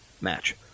match